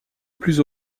plus